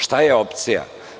Šta je opcija?